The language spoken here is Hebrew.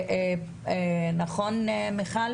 נכון, מיכל?